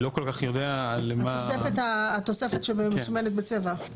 התוספת שמסומנת בצבע.